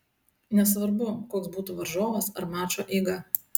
nesvarbu koks būtų varžovas ar mačo eiga